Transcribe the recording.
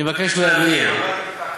גם חבר הכנסת חסון.